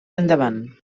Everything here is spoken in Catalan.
endavant